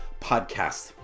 podcast